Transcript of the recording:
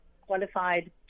qualified